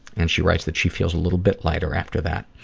and she writes that she feels a little bit lighter after that.